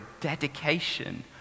dedication